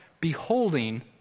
Beholding